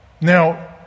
Now